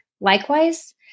Likewise